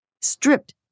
stripped